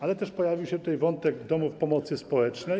Ale pojawił się tutaj wątek domów pomocy społecznej.